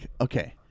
okay